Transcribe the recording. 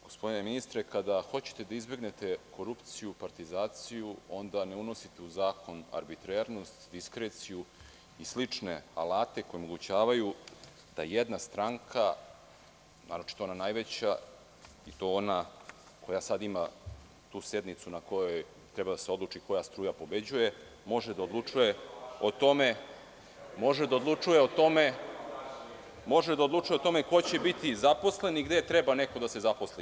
Gospodine ministre, kada hoćete da izbegnete korupciju, partizaciju, onda ne unosite u zakon arbitrarnost, diskreciju i slične alate koji omogućavaju da jedna stranka, naročito ona najveća, i to ona koja sada ima tu sednicu na kojoj treba da se odluči koja struja pobeđuje, može da odlučuje o tome ko će biti zaposlen i gde treba neko da se zaposli.